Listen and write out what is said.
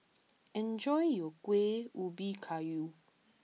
enjoy your Kuih Ubi Kayu